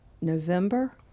November